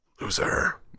Loser